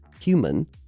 human